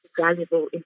valuable